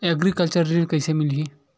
Agriculture ऋण कइसे मिलही?